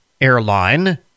airline